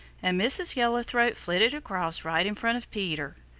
and mrs. yellow-throat flitted across right in front of peter.